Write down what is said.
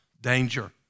danger